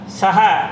saha